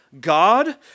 God